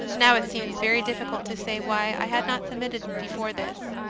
now it seems very difficult to say why i had not submitted before this.